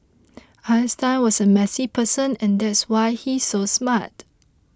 Einstein was a messy person and that's why he's so smart